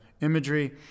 imagery